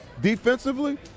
Defensively